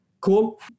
Cool